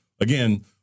again